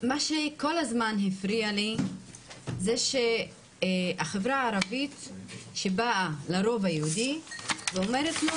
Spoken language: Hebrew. מה שכל הזמן הפריע לי זה שהחברה הערבית שבאה לרוב היהודי ואומרת לו,